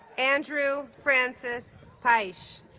andrew francis peisch